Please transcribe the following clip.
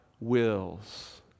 wills